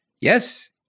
yes